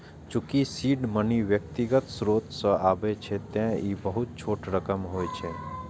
चूंकि seed money व्यक्तिगत स्रोत सं आबै छै, तें ई बहुत छोट रकम होइ छै